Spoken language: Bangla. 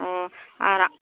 ও আর